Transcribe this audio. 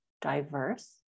diverse